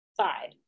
side